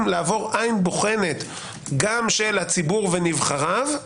לעבור עין בוחנת גם של הציבור ונבחריו,